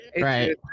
right